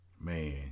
Man